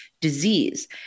disease